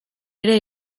ere